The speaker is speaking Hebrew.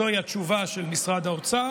זוהי התשובה של משרד האוצר.